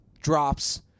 drops